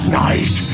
night